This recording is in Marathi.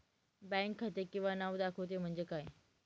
बँक खाते किंवा नाव दाखवते म्हणजे काय?